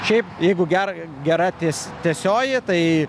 šiaip jeigu gerą gera ties tiesioji tai